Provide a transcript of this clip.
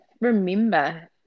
remember